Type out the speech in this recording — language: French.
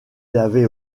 l’avait